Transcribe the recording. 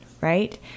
right